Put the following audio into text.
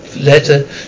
letter